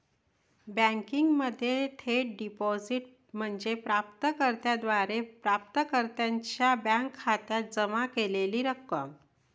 बँकिंगमध्ये थेट डिपॉझिट म्हणजे प्राप्त कर्त्याद्वारे प्राप्तकर्त्याच्या बँक खात्यात जमा केलेली रक्कम